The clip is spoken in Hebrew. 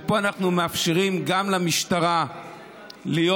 ופה אנחנו מאפשרים גם למשטרה להיות,